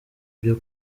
byo